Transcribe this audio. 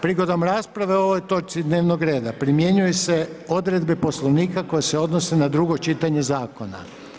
Prigodom rasprave o ovoj točci dnevnog reda primjenjuju se odredbe Poslovnika koje se odnose na drugo čitanje zakona.